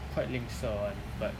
quite 吝啬 [one] but